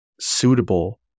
suitable